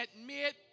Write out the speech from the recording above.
admit